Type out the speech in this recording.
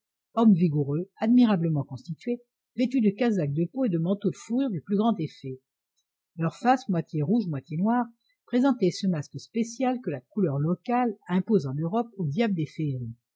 hommes vigoureux admirablement constitués vêtus de casaques de peaux et de manteaux de fourrures du plus grand effet leur face moitié rouge moitié noire présentait ce masque spécial que la couleur locale impose en europe aux diables